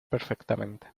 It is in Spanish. perfectamente